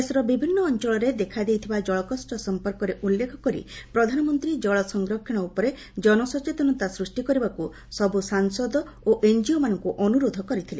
ଦେଶର ବିଭିନ୍ନ ଅଞ୍ଚଳରେ ଦେଖା ଦେଇଥିବା ଜଳକଷ୍ଟ ସମ୍ପର୍କରେ ଉଲ୍ଲେଖ କରି ପ୍ରଧାନମନ୍ତ୍ରୀ ଜଳ ସଂରକ୍ଷଣ ଉପରେ ଜନସଚେତନତା ସୃଷ୍ଟି କରିବାକୁ ସବୁ ସାଂସଦ ଓ ଏନ୍କିଓମାନଙ୍କୁ ଅନୁରୋଧ କରିଥିଲେ